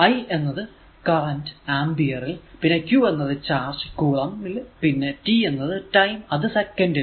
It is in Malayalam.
i എന്നത് കറന്റ് ആംപിയറിൽ പിന്നെ q എന്നത് ചാർജ് കുളം ൽ പിന്നെ t എന്നത് ടൈം അത് സെക്കന്റ് ൽ